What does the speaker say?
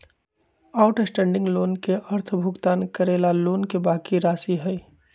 outstanding loan के अर्थ भुगतान करे ला लोन के बाकि राशि हई